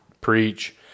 preach